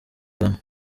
kagame